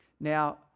Now